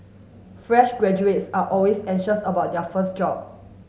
fresh graduates are always anxious about their first job